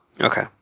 Okay